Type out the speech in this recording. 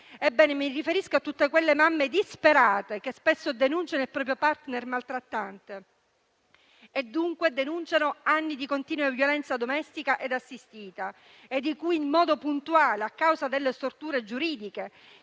sgomenta. Mi riferisco a tutte quelle mamme disperate che spesso denunciano il proprio *partner* maltrattante e anni di continua violenza domestica e assistita, di cui in modo puntuale, a causa delle storture giuridiche